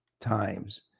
times